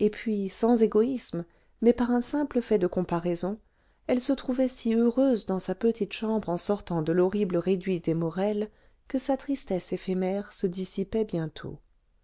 et puis sans égoïsme mais par un simple fait de comparaison elle se trouvait si heureuse dans sa petite chambre en sortant de l'horrible réduit des morel que sa tristesse éphémère se dissipait bientôt